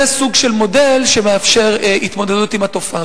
זה סוג של מודל שמאפשר התמודדות עם התופעה.